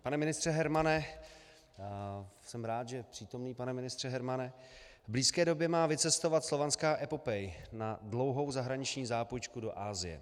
Pane ministře Hermane, jsem rád, že přítomný pane ministře Hermane, v blízké době má vycestovat Slovanská epopej na dlouhou zahraniční zápůjčku do Asie.